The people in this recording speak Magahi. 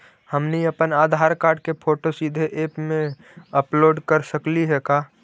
हमनी अप्पन आधार कार्ड के फोटो सीधे ऐप में अपलोड कर सकली हे का?